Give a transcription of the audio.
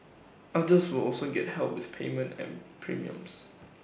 others will also get help with payment and premiums